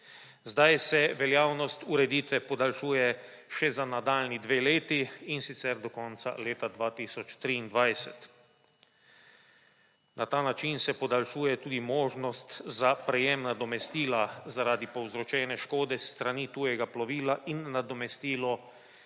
Zdaj se veljavnost ureditve podaljšuje še za nadaljnji dve leti, in sicer do konca leta 2023. Na ta način se podaljšuje tudi možnost za prejem nadomestila zaradi povzročene škode s strani tujega plovila in nadomestilo